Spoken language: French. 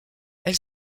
elle